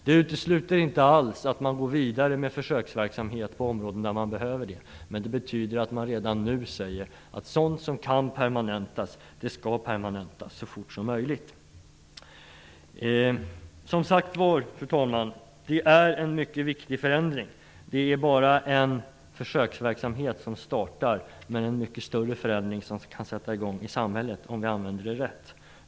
Det utesluter inte alls att man går vidare med försöksverksamhet på områden där man behöver det, men det betyder att man redan nu säger att sådant som kan permanentas också skall permanentas så fort som möjligt. Fru talman! Det här är som sagt en mycket viktig förändring. Det är bara en försöksverksamhet som startar, men det är en mycket större förändring som kan sätta i gång i samhället om vi använder det här rätt.